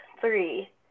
three